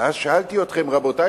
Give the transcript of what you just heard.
ואז שאלתי אתכם: רבותי,